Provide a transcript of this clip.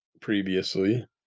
previously